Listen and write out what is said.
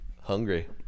Hungry